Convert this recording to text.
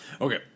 Okay